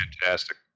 fantastic